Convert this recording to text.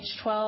H12